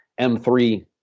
M3